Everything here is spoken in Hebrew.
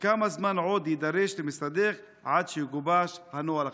כמה זמן עוד יידרש למשרדך עד שיגובש הנוהל החדש?